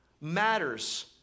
matters